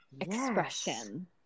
expression